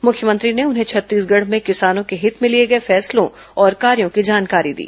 मुख्यमंत्री ने उन्हें छत्तीसगढ़ में किसानों के हित में लिए गए फैसलों और कार्यों की जानकारी दी